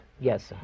Yes